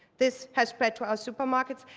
this has spread to our supermarkets.